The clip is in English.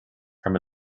from